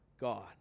God